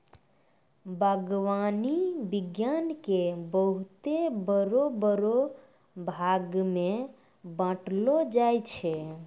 बागवानी विज्ञान के बहुते बड़ो बड़ो भागमे बांटलो जाय छै